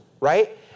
right